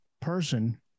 person